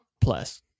plus